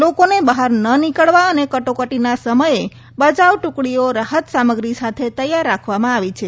લોકોને બહાર ન નીકળવા અને કટોકટીના સમયે બચાવ ટૂકડીઓ રાહત સામગ્રી સાથે તૈયાર રાખવામાં આવી છે